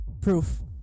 Proof